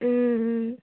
ও ও